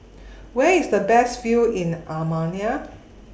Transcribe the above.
Where IS The Best View in Albania